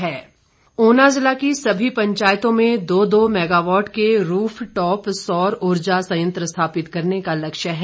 सौर ऊर्जा ऊना जिला की सभी पंचायतों में दो दो मैगावाट के रूफ टॉप सौर ऊर्जा संयंत्र स्थापित करने का लक्ष्य है